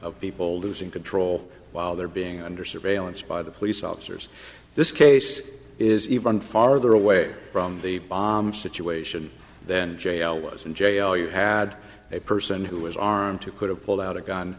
of people losing control while they're being under surveillance by the police officers this case is even farther away from the situation then j l was in jail you had a person who was armed to could have pulled out a gun